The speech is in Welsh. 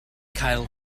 cael